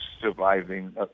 surviving